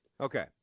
Okay